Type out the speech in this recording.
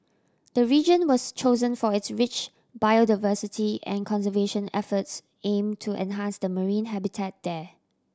the region was chosen for its rich biodiversity and conservation efforts aim to enhance the marine habitat there